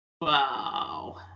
Wow